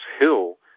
hill